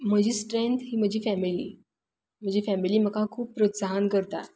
म्हजी स्ट्रँथ म्हजी फॅमिली म्हजी फॅमिली म्हाका खूब प्रोत्साहन करता